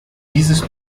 dieses